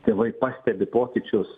tėvai pastebi pokyčius